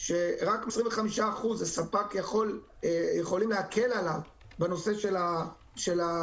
שרק 25% יכולים להקל על הספק בנושא של הבדיקות,